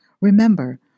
Remember